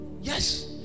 Yes